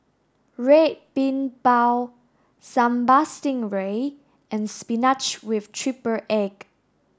Red Bean Bao Sambal Stingray and spinach with triple egg